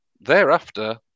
Thereafter